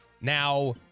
Now